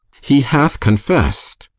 he hath confess'd.